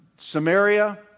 samaria